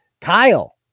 Kyle